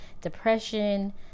depression